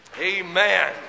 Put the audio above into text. Amen